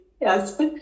yes